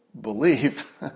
believe